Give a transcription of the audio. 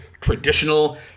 traditional